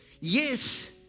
Yes